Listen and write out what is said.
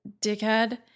dickhead